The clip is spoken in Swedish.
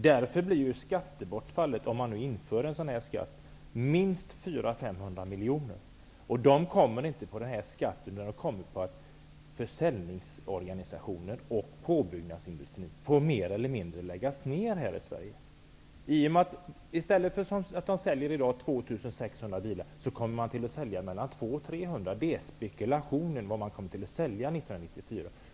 Därför skulle skattebortfallet vid ett införande av en sådan här skatt bli minst 400--500 miljoner kronor. Dessa pengar kommer inte in med den här skatten. Försäljningsorganisationer och påbyggnadsindustri här i Sverige får i stället mer eller mindre läggas ned. I stället för att man som i dag säljer 2 600 bilar, kommer man att sälja mellan 200 till 300 bilar. Så spekulerar man när det gäller hur mycket som kommer att säljas 1994.